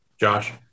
Josh